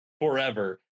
forever